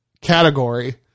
category